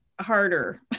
harder